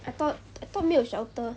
I thought I thought 没有 shelter